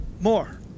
more